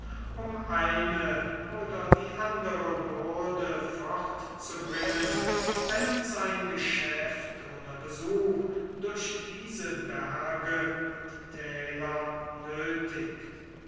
um eine oder die andere bürde fortzubringen wenn uns ein geschäft oder besuch durch diese berge und täler